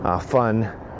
fun